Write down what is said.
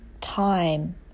time